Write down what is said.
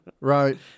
Right